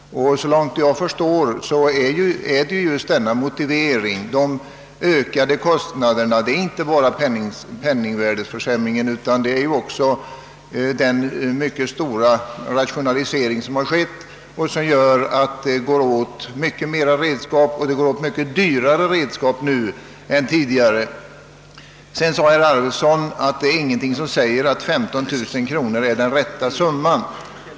Såvitt jag förstår är denna motivering riktig, ty det är här fråga om en reell ökning av kostnaderna och inte bara om penningvärdeförsämring. Den stora rationalisering som ägt rum gör att det går åt mycket mer och mycket dyrare redskap nu än tidigare. Herr Arweson sade att det inte finns någonting som säger att 15 000 kronor är den riktiga summan.